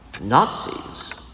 Nazis